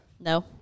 No